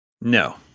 No